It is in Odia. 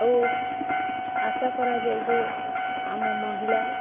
ଆଉ ଆଶା କରାଯାଏ ଯେ ଆମ ମହିଳା